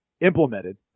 implemented